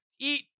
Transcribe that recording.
Eat